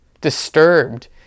disturbed